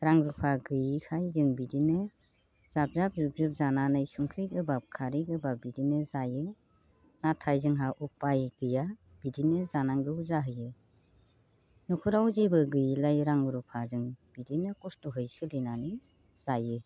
रां रुफा गैयिखाय जों बिदिनो जाब जाब जुब जुब जानानै संख्रि गोबाब खारै गोबाब बिदिनो जायो नाथाय जोंहा उफाय गैया बिदिनो जानांगौ जाहैयो न'खराव जेबो गैयिलाय रां रुफा जों बिदिनो खस्थ'यै सोलिनानै जायो